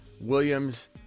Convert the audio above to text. Williams